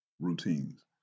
routines